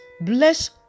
bless